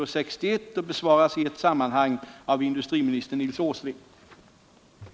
Är regeringen beredd att omgående ge klartecken för igångsättning av försöksverksamhet för produktion av metanol vid Vannsätersfabriken?